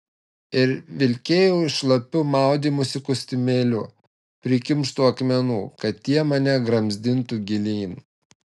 ir vilkėjau šlapiu maudymosi kostiumėliu prikimštu akmenų kad tie mane gramzdintų gilyn